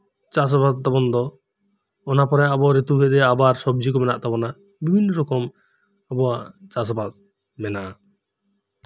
ᱪᱟᱥ ᱵᱟᱥ ᱛᱟᱵᱩᱱ ᱫᱚ ᱚᱱᱟ ᱯᱚᱨᱮ ᱟᱵᱩ ᱨᱤᱛᱩ ᱵᱮᱫᱤᱠ ᱟᱵᱟᱨ ᱥᱚᱵᱡᱤᱠᱩ ᱢᱮᱱᱟᱜ ᱛᱟᱵᱩᱱᱟ ᱵᱤᱵᱷᱤᱱᱱᱚ ᱨᱚᱠᱚᱢ ᱟᱵᱩᱣᱟᱜ ᱪᱟᱥ ᱵᱟᱥ ᱢᱮᱱᱟᱜ ᱟ